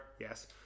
Yes